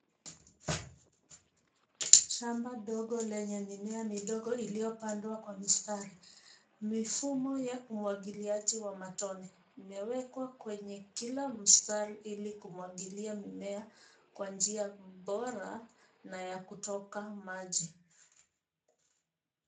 Shamba dogo lenye mimea midogo iliyopandwa kwa mistari. Mifumo ya umwagiliali wa matone imewekwa kwenye kila mstari ili kumwagilia mimea kwa njia bora na ya kutoka maji.